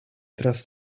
trust